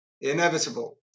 inevitable